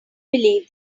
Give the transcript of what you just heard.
believe